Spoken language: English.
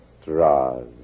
Straws